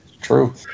true